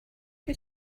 who